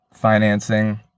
financing